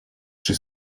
czy